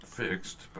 Fixed